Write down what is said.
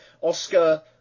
Oscar